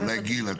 אולי גיל.